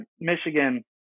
Michigan